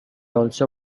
also